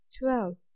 Twelve